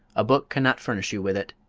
a book cannot furnish you with it.